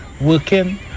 working